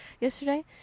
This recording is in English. yesterday